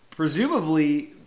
presumably